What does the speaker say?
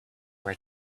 were